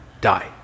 die